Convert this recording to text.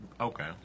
Okay